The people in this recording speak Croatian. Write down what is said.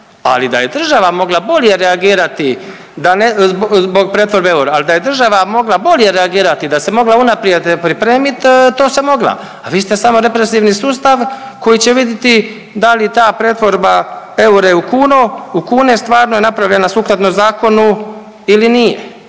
al da je država mogla bolje reagirati, da se mogla unaprijed pripremit to se mogla, a vi ste samo represivni sustav koji će vidjeti da li ta pretvorba eura u kune stvarno je napravljena sukladno zakonu ili nije,